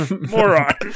Moron